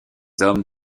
hommes